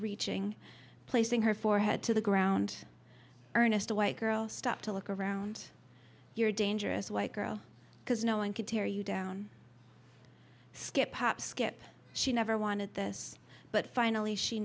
reaching placing her forehead to the ground earnest a white girl stop to look around your dangerous white girl because no one can tear you down skip hop skip she never wanted this but finally she